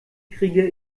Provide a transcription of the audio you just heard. kriege